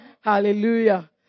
Hallelujah